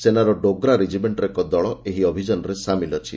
ସେନାର ଡୋଗ୍ରା ରେଜିମେଣ୍ଟର ଏକ ଦଳ ଏହି ଅଭିଯାନରେ ସାମିଲ ଅଛି